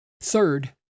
Third